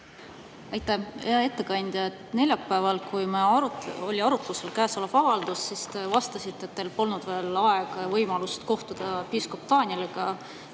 Aitäh! Hea ettekandja! Neljapäeval, kui oli arutlusel käesolev avaldus, siis te vastasite, et teil polnud veel aega ja võimalust kohtuda piiskop Danieliga,